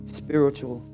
spiritual